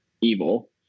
evil